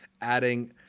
adding